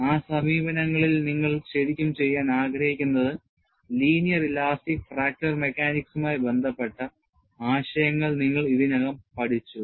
ആ സമീപനങ്ങളിൽ നിങ്ങൾ ശരിക്കും ചെയ്യാൻ ആഗ്രഹിക്കുന്നത് ലീനിയർ ഇലാസ്റ്റിക് ഫ്രാക്ചർ മെക്കാനിക്സുമായി ബന്ധപ്പെട്ട ആശയങ്ങൾ നിങ്ങൾ ഇതിനകം പഠിച്ചു